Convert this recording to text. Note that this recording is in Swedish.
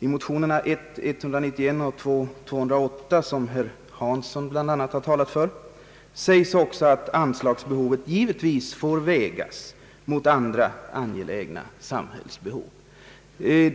I motionerna I: 191 och II: 208, som bland andra herr Hansson talat för, sägs också att »anslagsbehovet givetvis får vägas mot andra angelägna samhällsbehov».